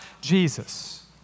Jesus